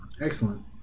Excellent